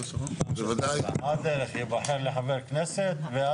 מה הדרך להיבחר לחבר כנסת?